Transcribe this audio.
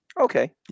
Okay